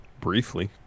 Briefly